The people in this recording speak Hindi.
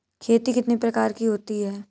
खेती कितने प्रकार की होती है?